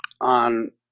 on